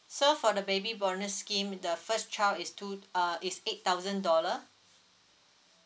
so for the baby bonus scheme the first child is two uh is eight thousand dollar